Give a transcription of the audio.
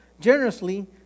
generously